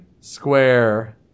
square